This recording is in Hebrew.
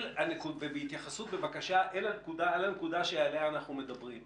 התייחסות, בבקשה, אל הנקודה שעליה אנחנו מדברים.